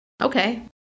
Okay